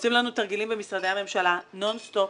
עושים לנו תרגילים במשרדי הממשלה נון-סטופ,